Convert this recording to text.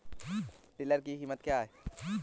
Tiller की कीमत क्या है?